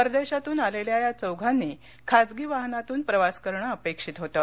परदेशातून आलेल्या या चौघांनी खाजगी वाहनातून प्रवास करणं अपेक्षित होतं